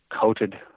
coated